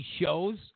shows